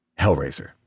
Hellraiser